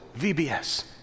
VBS